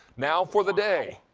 now for the day,